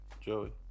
Joey